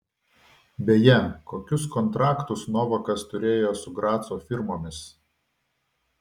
beje kokius kontaktus novakas turėjo su graco firmomis